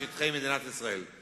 לשטחי מדינת ישראל.